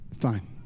Fine